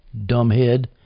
dumbhead